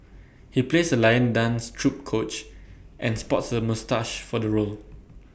he plays A lion dance troupe coach and sports A moustache for the role